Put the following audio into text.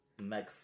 Meg